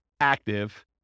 active